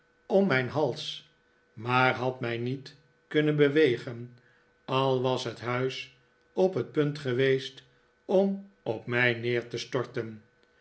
om mijn hals maar had mij niet kunnen bewegen al was het huis op het punt geweest om op mij neer te storten